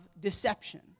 deception